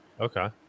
Okay